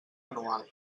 anual